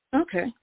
Okay